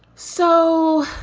so